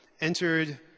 entered